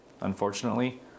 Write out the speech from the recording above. unfortunately